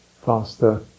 faster